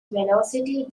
velocity